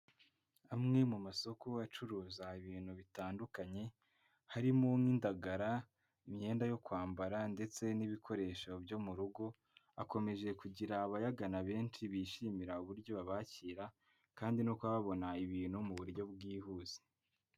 Amwe mu masoko acuruza ibintu bitandukanye, harimo nk'indagara, imyenda yo kwambara ndetse n'ibikoresho byo mu rugo, akomeje kugira abayagana benshi bishimira uburyo babakira kandi no kuba babona ibintu mu buryo bwihuse.